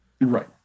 right